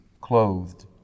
clothed